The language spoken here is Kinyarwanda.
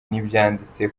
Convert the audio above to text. n’ibyanditse